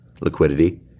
liquidity